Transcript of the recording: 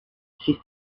she